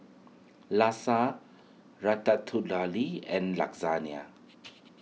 Lasa Ratatouille and